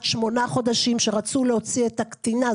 שמונה חודשים שרצו להוציא את הקטינה.